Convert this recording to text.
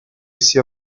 essi